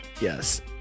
yes